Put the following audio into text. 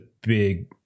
big